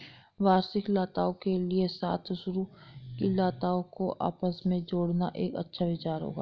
वार्षिक लताओं के साथ सरू की लताओं को आपस में जोड़ना एक अच्छा विचार होगा